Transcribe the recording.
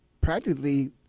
practically